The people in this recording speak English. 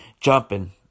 Jumping